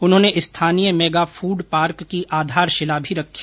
उन्होंने स्थानीय mega food park की आधारशिला भी रखी